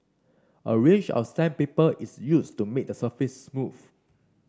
a range of sandpaper is used to make the surface smooth